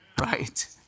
Right